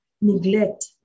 neglect